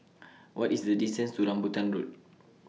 What IS The distance to Rambutan Road